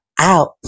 out